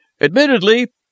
Admittedly